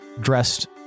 dressed